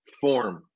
form